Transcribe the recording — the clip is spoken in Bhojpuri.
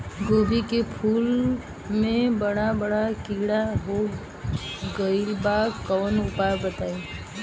गोभी के फूल मे बड़ा बड़ा कीड़ा हो गइलबा कवन उपाय बा?